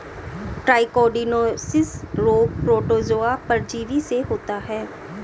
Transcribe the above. trichodinosis रोग protozoa परजीवी से होता है